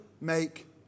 make